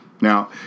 Now